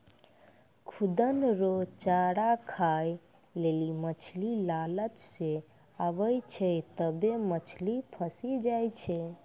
खुद्दन रो चारा खाय लेली मछली लालच से आबै छै तबै मछली फंसी जाय छै